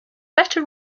better